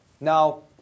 Now